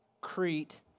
Crete